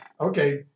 Okay